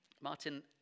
Martin